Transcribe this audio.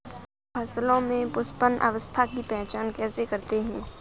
हम फसलों में पुष्पन अवस्था की पहचान कैसे करते हैं?